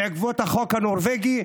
בעקבות החוק הנורבגי,